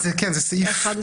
יש פה